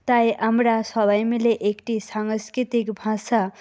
তাই আমরা সবাই মিলে একটি সাংস্কৃতিক ভাষা